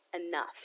enough